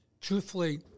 truthfully